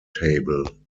table